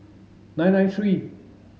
nine nine three